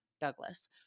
Douglas